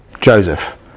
Joseph